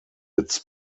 its